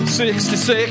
66